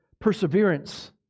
perseverance